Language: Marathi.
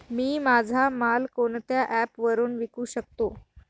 मी माझा माल कोणत्या ॲप वरुन विकू शकतो?